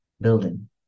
building